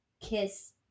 kiss